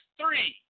three